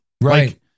Right